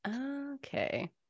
okay